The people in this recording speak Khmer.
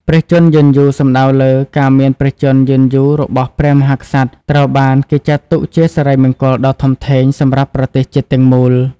ព្រះជន្មយឺនយូរសំដៅលើ ការមានព្រះជន្មយឺនយូររបស់ព្រះមហាក្សត្រ ត្រូវបានគេចាត់ទុកជាសិរីមង្គលដ៏ធំធេងសម្រាប់ប្រទេសជាតិទាំងមូល។